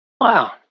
Wow